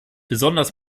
besonders